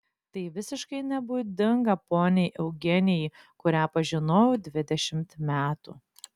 tai visiškai nebūdinga poniai eugenijai kurią pažinojau dvidešimt metų